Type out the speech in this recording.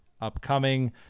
upcoming